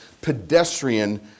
pedestrian